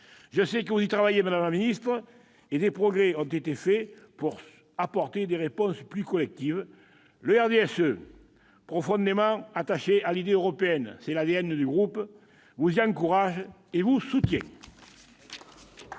Je sais que vous y travaillez, madame la ministre, et des progrès ont été réalisés pour apporter des réponses plus collectives. Le RDSE, profondément attaché à l'idée européenne, dans l'ADN du groupe, vous y encourage et vous soutient.